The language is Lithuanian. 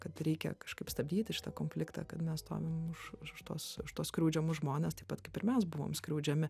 kad reikia kažkaip stabdyti šitą konfliktą kad mes stovim už už už tuos už tuos skriaudžiamus žmones taip pat kaip ir mes buvom skriaudžiami